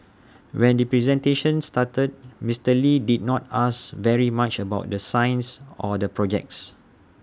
when the presentation started Mister lee did not ask very much about the science or the projects